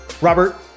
Robert